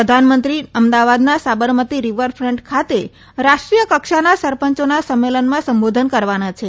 પ્રધાનમંત્રી અમદાવાદના સાબરમતી રિવરફ્ટન્ટ ખાતે રાષ્ટ્રીય કક્ષાના આભાર નિહારીકા રવિથા સરપંચોના સંમેલનમાં સંબોધન કરવાના છે